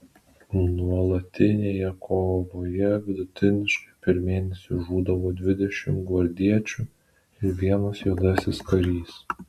nuolatinėje kovoje vidutiniškai per mėnesį žūdavo dvidešimt gvardiečių ir vienas juodasis karys